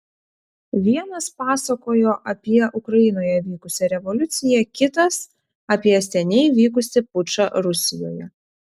vienas pasakojo apie ukrainoje vykusią revoliuciją kitas apie seniai vykusį pučą rusijoje